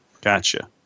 Gotcha